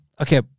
Okay